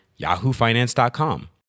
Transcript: yahoofinance.com